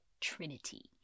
Trinity